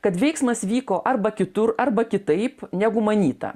kad veiksmas vyko arba kitur arba kitaip negu manyta